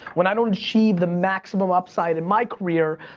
when i don't achieve the maximum upside in my career,